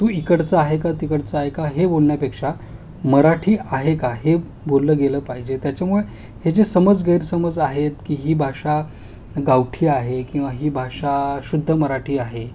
तू इकडचा आहे का तिकडचा आहे का हे बोलण्यापेक्षा मराठी आहे का हे बोललं गेलं पाहिजे त्याच्यामुळे हे जे समज गैरसमज आहेत की ही भाषा गावठी आहे किंवा ही भाषा शुद्ध मराठी आहे